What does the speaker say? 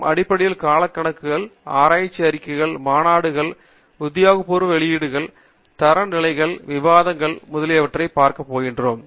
நாம் அடிப்படையில் காலக்கணக்குகள் ஆராய்ச்சி அறிக்கைகள் மாநாடுகள் உத்தியோகபூர்வ வெளியீடுகள் தரநிலைகள் விவாதங்கள் முதலியவற்றைப் பார்க்கப் போகிறோம்